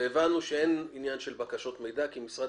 הבנו שאין עניין של בקשות מידע כי משרד